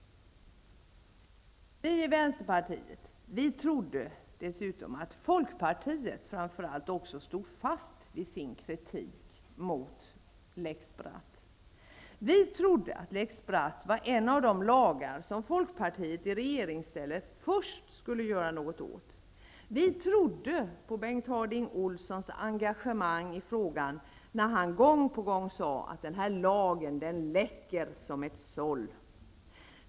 Vi i vänsterpartiet trodde dessutom att framför allt folkpartiet stod fast vid sin kritik mot lex Vi trodde att lex Bratt var en av de lagar som folkpartiet i regeringsställning först skulle göra något åt. Vi trodde på Bengt Harding Olsons engagemang i frågan när han gång på gång sade att lagen läcker som ett såll.